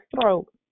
throat